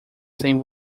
sem